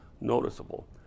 noticeable